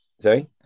Sorry